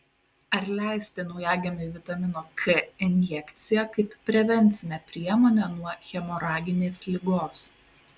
ar leisti naujagimiui vitamino k injekciją kaip prevencinę priemonę nuo hemoraginės ligos